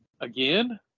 Again